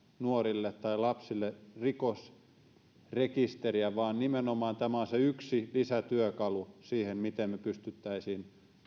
nuorille tai lapsille rikosrekisteriä vaan nimenomaan tämä on se yksi lisätyökalu siihen miten me pystyisimme